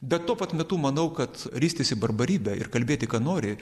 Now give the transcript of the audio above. bet tuo pat metu manau kad ristis į barbarybę ir kalbėti ką nori